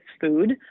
food